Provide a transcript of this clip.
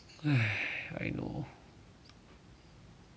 ya I know